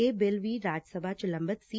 ਇਹ ਬਿੱਲ ਵੀ ਰਾਜ ਸਭਾ ਚ ਲੰਬਿਤ ਸੀ